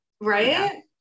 Right